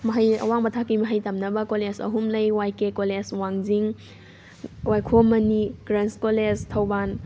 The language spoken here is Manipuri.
ꯃꯍꯩ ꯑꯋꯥꯡꯕ ꯃꯊꯛꯀꯤ ꯃꯍꯩ ꯇꯝꯅꯕ ꯀꯣꯂꯦꯖ ꯑꯍꯨꯝ ꯂꯩ ꯋꯥꯏ ꯀꯦ ꯀꯣꯂꯦꯖ ꯋꯥꯡꯖꯤꯡ ꯋꯥꯏꯈꯣꯝ ꯃꯅꯤ ꯒꯥꯔꯜꯁ ꯀꯣꯂꯦꯖ ꯊꯧꯕꯥꯜ